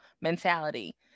mentality